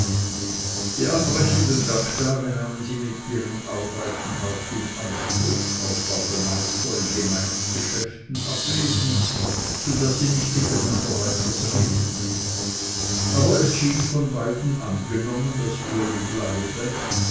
die anbrechenden werktage nahmen sie mit ihren arbeiten hart in anspruch auch war der meister in gemeindsgeschäften abwesend so daß sie nicht miteinander weiters redeten aber es schien von beiden angenommen daß uli bleibe